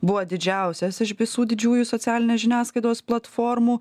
buvo didžiausias iš visų didžiųjų socialinės žiniasklaidos platformų